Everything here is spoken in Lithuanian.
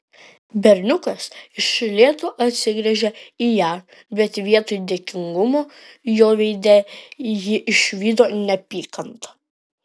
berniukas iš lėto atsigręžė į ją bet vietoj dėkingumo jo veide ji išvydo neapykantą